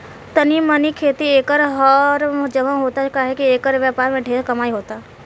तनी मनी खेती एकर हर जगह होता काहे की एकर व्यापार से ढेरे कमाई होता